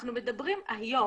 אנחנו מדברים היום,